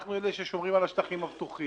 אנחנו אלה ששומרים על השטחים הפתוחים,